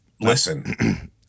Listen